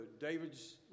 David's